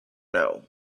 know